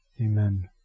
Amen